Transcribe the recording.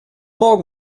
morgen